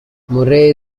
murray